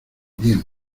bien